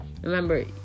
remember